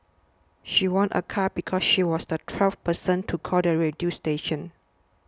she won a car because she was the twelfth person to call the radio station